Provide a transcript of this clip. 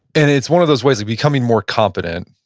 and it's one of those ways of becoming more competent,